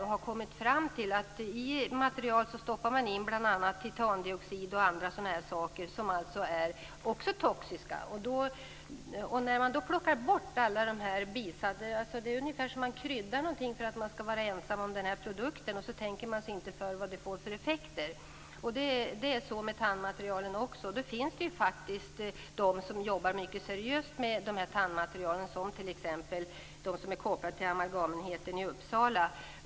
De har kommit fram till att man stoppar bl.a. in titandioxid och andra ämnen som också är toxiska i dessa material. Det är ungefär som om man kryddar någonting för att man skall vara ensam om produkten och inte tänker sig för vad det får för effekter. Så är det med tandmaterialen också. Det finns ju faktiskt de som jobbar mycket seriöst med de här tandmaterialen, t.ex. de som är kopplande till amalgamenheten i Uppsala.